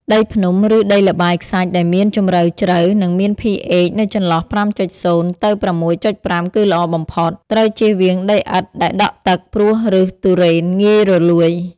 ដីភ្នំ ឬដីល្បាយខ្សាច់ដែលមានជម្រៅជ្រៅ និងមាន pH នៅចន្លោះ ៥.០ ទៅ ៦.៥ គឺល្អបំផុត ត្រូវជៀសវាងដីឥដ្ឋដែលដក់ទឹក ព្រោះឬសទុរេនងាយរលួយ។